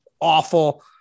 awful